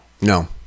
No